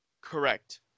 Correct